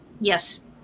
Yes